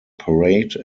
parade